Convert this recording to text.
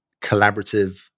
collaborative